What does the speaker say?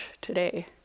today